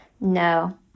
No